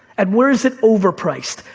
and where is it overpriced.